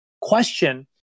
question